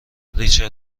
ریچل